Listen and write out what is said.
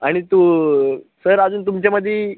आणि तू सर अजून तुमच्यामध्ये